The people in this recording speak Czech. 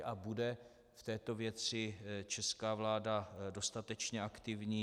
A bude v této věci česká vláda dostatečně aktivní?